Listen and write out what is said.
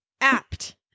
apt